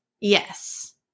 Yes